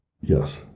Yes